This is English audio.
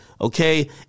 Okay